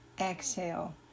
exhale